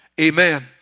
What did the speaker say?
Amen